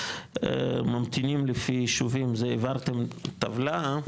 ממתינים לפי יישובים זה העברתם טבלה,